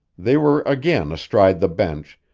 they were again astride the bench,